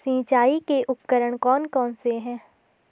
सिंचाई के उपकरण कौन कौन से हैं?